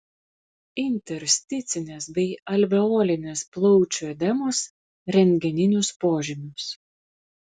intersticinės bei alveolinės plaučių edemos rentgeninius požymius